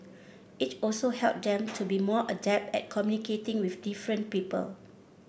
it also help them be more adept at communicating with different people